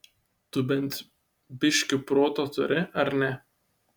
tu bent biškį proto turi ar ne